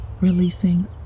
releasing